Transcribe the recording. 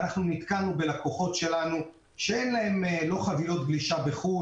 ואנחנו נתקלנו בלקוחות שלנו שאין להם חבילות גלישה בחו"ל